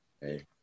hey